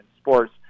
sports